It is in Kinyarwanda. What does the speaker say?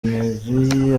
emery